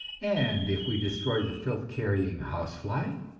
and if we destroy the filth-carrying housefly,